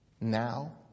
Now